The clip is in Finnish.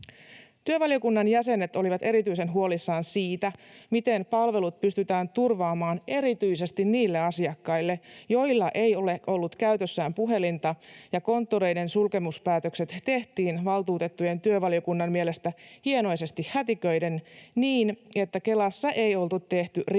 Työvaliokunnan jäsenet olivat erityisen huolissaan siitä, miten palvelut pystytään turvaamaan erityisesti niille asiakkaille, joilla ei ole ollut käytössään puhelinta. Konttoreiden sulkemispäätökset tehtiin valtuutettujen työvaliokunnan mielestä hienoisesti hätiköiden niin, että Kelassa ei ollut tehty riittävää